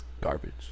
garbage